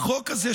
החוק הזה,